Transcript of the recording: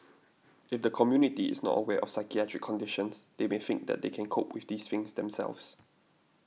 if the community is not aware of psychiatric conditions they may think that they can cope with these things themselves